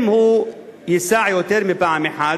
אם הוא ייסע יותר מפעם אחת,